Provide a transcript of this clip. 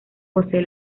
posee